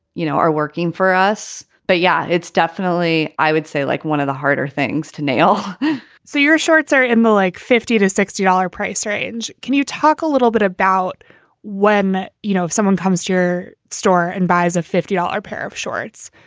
you know, are working for us. but, yeah, it's definitely i would say like one of the harder things to nail so your shorts are in the like fifty to sixty dollars price range. can you talk a little bit about when, you know, if someone comes to your store and buys a fifty dollars pair of shorts?